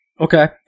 Okay